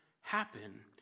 happen